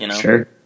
Sure